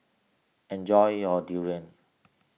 enjoy your Durian